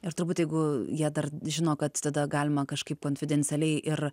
ir turbūt jeigu jie dar žino kad tada galima kažkaip konfidencialiai ir